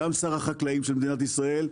גם שר החקלאים של מדינת ישראל,